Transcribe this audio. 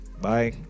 Bye